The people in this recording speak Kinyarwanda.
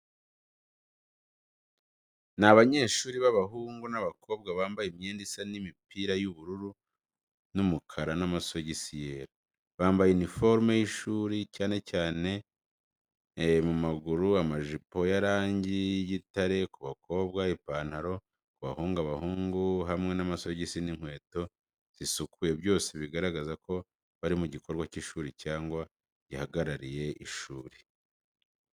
Ni abanyeshuri b'abahungu n'abakobwa bambaye imyenda isa imipira y'ubururu n’umukara n’amasogisi yera. Bambaye uniforume y’ishuri, cyane cyane mu maguru amajipo ya rangi y’igitare ku bakobwa ipantaroo ku bahungu abahungu hamwe n’amasogisi n’inkweto zisukuye byose bigaragaza ko bari mu gikorwa cy’ishuri cyangwa gihagarariye ishuri.